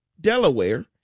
Delaware